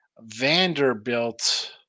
Vanderbilt